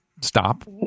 stop